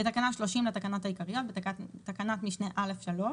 תיקון תקנה 30 בתקנה 30 לתקנות העיקריות בתקנת משנה (א)(3)